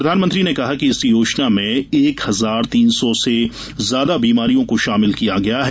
प्रधानमंत्री ने कहा कि इस योजना में एक हजार तीन सौ से अधिक बीमारियों को शामिल किया गया है